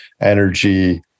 energy